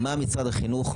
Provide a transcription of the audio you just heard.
ד"ר מיכל חסון רוזנשטיין,